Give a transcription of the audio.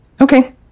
Okay